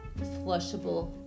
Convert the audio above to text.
flushable